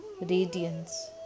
radiance